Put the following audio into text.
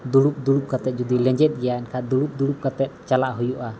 ᱫᱩᱲᱩᱵᱽᱼᱫᱩᱲᱩᱵᱽ ᱠᱟᱛᱮᱫ ᱡᱩᱫᱤ ᱞᱮᱸᱡᱮᱫ ᱜᱮᱭᱟ ᱮᱱᱠᱷᱟᱱ ᱫᱩᱲᱩᱵᱽ ᱫᱩᱲᱩᱵᱽ ᱠᱟᱛᱮᱫ ᱪᱟᱞᱟᱜ ᱦᱩᱭᱩᱜᱼᱟ ᱟᱨ